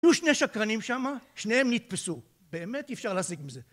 היו שני שקרנים שם שניהם נתפסו באמת אי אפשר להסיק מזה